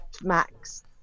max